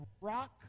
rock